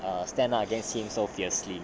err stand up against him so fiercely